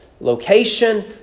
Location